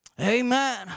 Amen